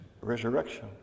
resurrection